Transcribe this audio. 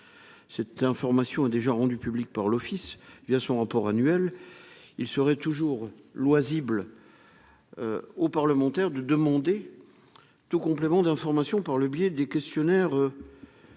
cette information est déjà rendu public par l'Office via son rapport annuel, il serait toujours loisible aux parlementaires de demander tout complément d'information par le biais des questionnaires